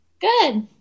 Good